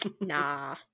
nah